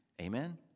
Amen